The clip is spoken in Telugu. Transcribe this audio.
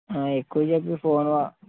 ఆ ఎక్కువసేపు ఫోన్ వా